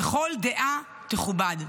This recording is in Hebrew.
וכל דעה תכובד.